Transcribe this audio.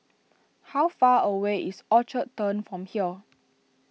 how far away is Orchard Turn from here